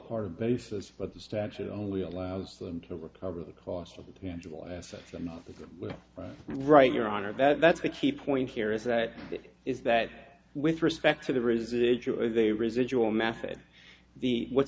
part of basis but the statute only allows them to recover the cost of the tangible assets a month ago right here on our bet that's the key point here is that it is that with respect to the residual is a residual method the what's